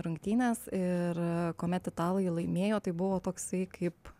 rungtynes ir kuomet italai laimėjo tai buvo toksai kaip